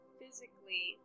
physically